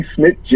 Smith